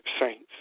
saints